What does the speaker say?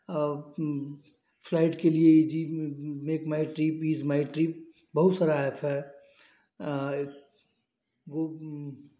अब फ्लाइट के लिए easy MakeMyTrip is my trip बहुत सारे एप हैं वह